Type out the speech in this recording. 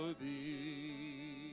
thee